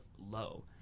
low